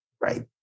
Right